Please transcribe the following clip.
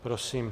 Prosím.